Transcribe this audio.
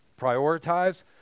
prioritize